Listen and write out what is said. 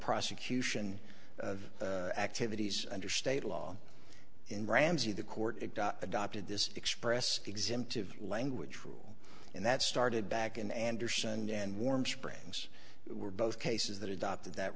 prosecution of activities under state law in ramsey the court adopted this express exempted language rule and that started back in andersen and warm springs were both cases that adopted that